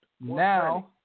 Now